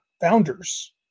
founders